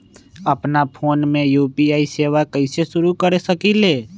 अपना फ़ोन मे यू.पी.आई सेवा कईसे शुरू कर सकीले?